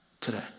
today